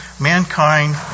mankind